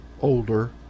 older